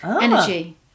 Energy